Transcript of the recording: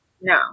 No